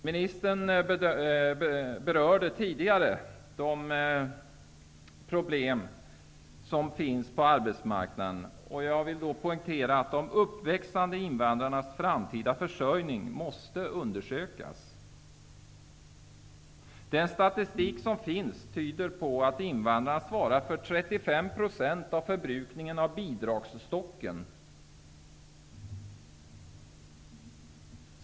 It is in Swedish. Ministern berörde tidigare de problem som finns på arbetsmarknaden, och jag vill då poängtera att de uppväxande invandrarnas framtida försörjning måste undersökas. Den statistik som finns tyder på att invandrarna svarar för 35 % av förbrukningen av bidragsstocken.